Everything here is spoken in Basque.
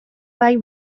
bai